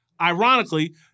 Ironically